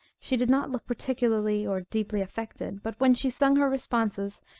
she did not look particularly or deeply affected but when she sung her responses,